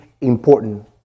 important